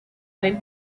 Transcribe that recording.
vez